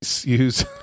use